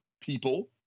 People